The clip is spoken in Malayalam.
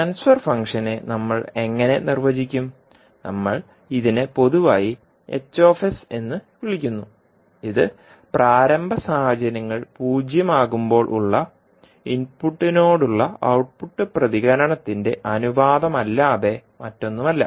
ട്രാൻസ്ഫർ ഫംഗ്ഷനെ നമ്മൾ എങ്ങനെ നിർവചിക്കും നമ്മൾ ഇതിനെ പൊതുവായി എന്ന് വിളിക്കുന്നു ഇത് പ്രാരംഭ സാഹചര്യങ്ങൾ പൂജ്യം ആകുമ്പോൾ ഉള്ള ഇൻപുട്ടിനോടുളള ഔട്ട്പുട്ട് പ്രതികരണത്തിന്റെ അനുപാതമല്ലാതെ മറ്റൊന്നുമല്ല